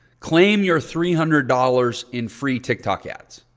claim your three hundred dollars in free tiktok ads.